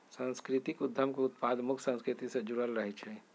सांस्कृतिक उद्यम के उत्पाद मुख्य संस्कृति से जुड़ल रहइ छै